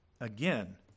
again